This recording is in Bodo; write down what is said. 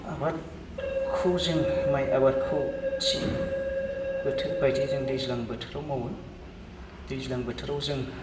आबादखौ जों माइ आबादखौ थि बोथोर बायदि जों दैज्लां बोथोराव मावो दैज्लां बोथोराव जों